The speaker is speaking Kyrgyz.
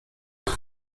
аны